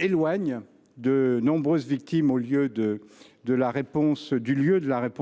n’éloigne de nombreuses victimes du lieu de la réponse